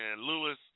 Lewis